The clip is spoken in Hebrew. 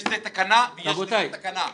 יש לזה תקנה ולזה תקנה.